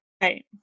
right